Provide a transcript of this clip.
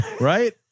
Right